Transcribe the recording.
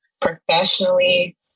professionally